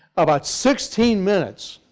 about sixteen minutes